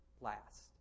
last